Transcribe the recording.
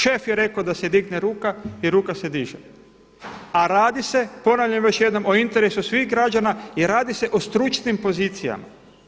Šef je rekao da se digne ruka i ruka se diže, a radi se ponavljam još jednom o interesu svih građana i radi se o stručnim pozicijama.